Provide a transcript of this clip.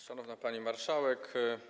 Szanowna Pani Marszałek!